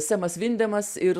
semas vindemas ir